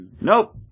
Nope